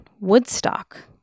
Woodstock